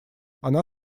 она